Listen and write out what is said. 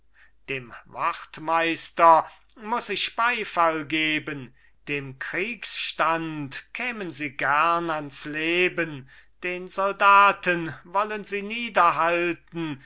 dem wachtmeister muß ich beifall geben dem kriegsstand kämen sie gern ans leben den soldaten wollen sie